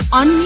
on